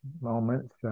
moments